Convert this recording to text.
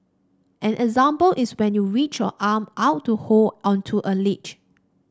an example is when you reach your arm out to hold onto a ledge